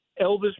Elvis